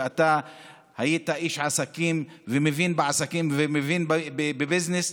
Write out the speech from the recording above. ואתה היית איש העסקים ומבין בעסקים ומבין בביזנס,